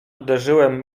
uderzyłem